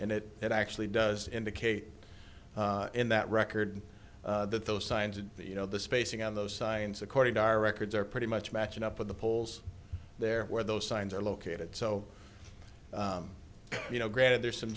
and it it actually does indicate in that record that those signs and you know the spacing on those signs according to our records are pretty much matching up at the polls there where those signs are located so you know granted there's some